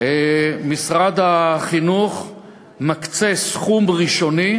משרד החינוך מקצה סכום ראשוני,